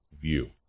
view